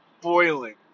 boiling